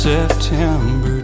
September